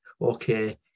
okay